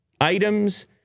Items